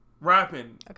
rapping